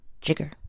jigger